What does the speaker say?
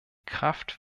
kraft